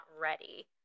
ready